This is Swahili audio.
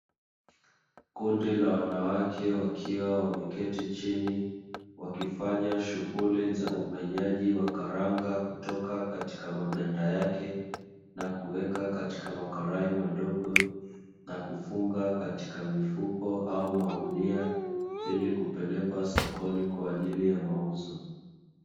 Kundi la wanawake wakiwa wameketi chini, wakifanya shughuli za umenyaji wa karanga kutoka katika maganda yake na kuweka katika makarai madogo na kufunga katika mifuko au magunia ili kupelekwa sokoni kwa ajili ya mauzo.